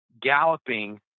galloping